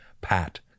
pat